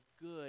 good